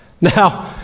Now